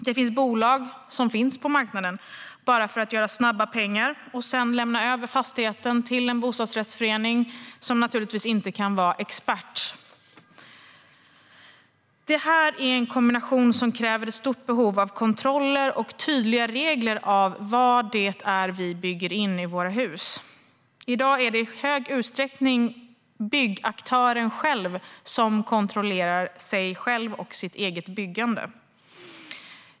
Det finns bolag som finns på marknaden bara för att göra snabba pengar och sedan lämna över fastigheten till en bostadsrättsförening, som naturligtvis inte kan vara expert. Detta är en kombination som medför ett stort behov av kontroller och tydliga regler för vad vi bygger in i våra hus. I dag är det i stor utsträckning byggaktören som kontrollerar sig själv och sitt eget byggande.